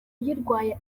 uyirwaye